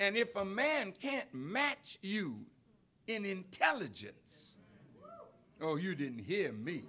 and if a man can't match you in intelligence oh you didn't hear me